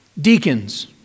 Deacons